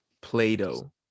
Play-Doh